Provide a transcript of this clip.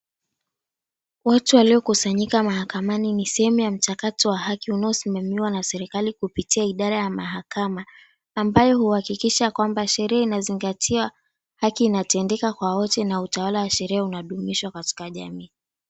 Watu waliokusanyika mahakamani ni sehemu ya mchakato wa haki sehemu inayosimamiwa na serikali kupitia idara ya mahakama ambayo huhakikisha kwamba sheria inazingatiwa, haki inatendeka kwa wote na utawala wa sheria unadumishwa katika jamii.